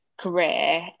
career